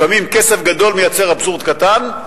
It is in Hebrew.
לפעמים כסף גדול מייצר אבסורד קטן,